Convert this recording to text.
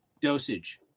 dosage